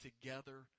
together